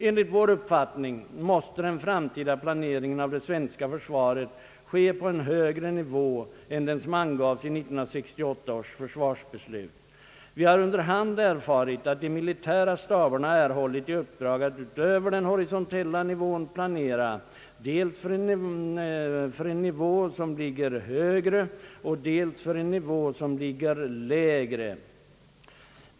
Enligt vår uppfattning måste den framtida planeringen av det svenska försvaret ske på en högre nivå än den som angavs i 1968 års försvarsbeslut. Vi har under hand erfarit att de militära staberna erhållit i uppdrag att utöver den horisontella nivån planera dels för en nivå som ligger högre och dels för en nivå som ligger lägre.